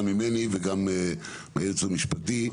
גם ממני וגם מהייעוץ המשפטי,